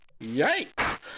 Yikes